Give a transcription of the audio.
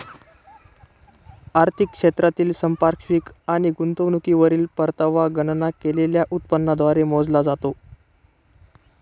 आर्थिक क्षेत्रातील संपार्श्विक आणि गुंतवणुकीवरील परतावा गणना केलेल्या उत्पन्नाद्वारे मोजला जातो